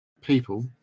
people